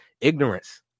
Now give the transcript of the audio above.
ignorance